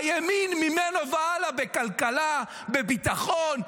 הימין ממנו והלאה בכלכלה, בביטחון.